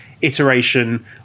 iteration